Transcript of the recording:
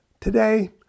Today